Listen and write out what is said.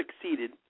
succeeded